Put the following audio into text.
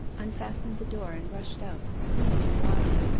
unfastened the door, and rushed out, screaming wildly,